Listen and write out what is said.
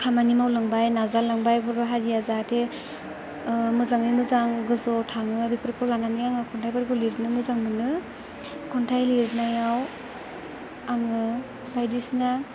खामानि मावलांबाय नाजालांबाय बर' हारिया जाहाथे मोजाङै मोजां गोजौवाव थाङो बेफोरखौ लानानै आङो खन्थाइफोरखौ लिरनो मोजां मोनो खन्थाइ लिरनायाव आङो बायदिसिना